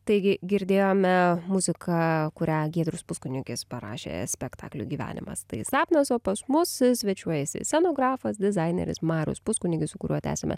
taigi girdėjome muziką kurią giedrius puskunigis parašė spektakliui gyvenimas tai sapnas o pas mus svečiuojasi scenografas dizaineris marius puskunigis su kuriuo tęsime